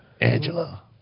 Angela